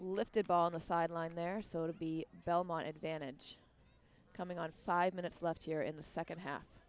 ball on the sideline there so to be belmont advantage coming on five minutes left here in the second half